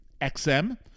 XM